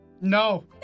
No